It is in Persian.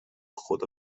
خدا